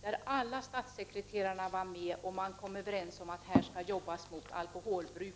I denna ingick samtliga statssekreterare, och man kom överens om att arbeta mot bruket av alkohol.